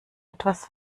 etwas